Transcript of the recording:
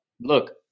look